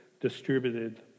distributed